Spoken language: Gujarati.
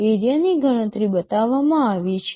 એરિયાની ગણતરી બતાવવામાં આવી છે